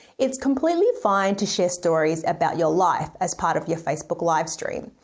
it's completely fine to share stories about your life as part of your facebook livestream.